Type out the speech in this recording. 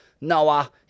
Noah